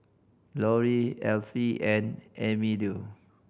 Lorri Effie and Emilio